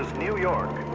new york,